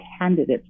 candidates